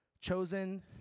Chosen